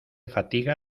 fatiga